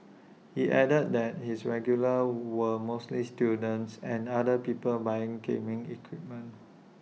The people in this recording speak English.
he added that his regulars were mostly students and other people buying gaming equipment